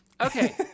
Okay